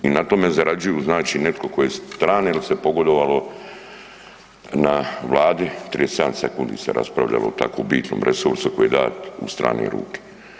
I na tome zarađuju znači netko tko je strane il se pogodovalo na Vladi, 37 sekundi se raspravljalo o tako bitnom resursu koji je dat u strane ruke.